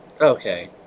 Okay